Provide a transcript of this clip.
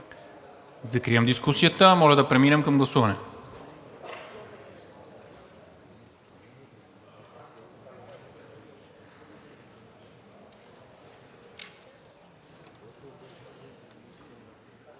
Закривам дискусията. Моля да преминем към гласуване.